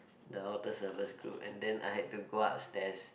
the altar servers group and then I had to go upstairs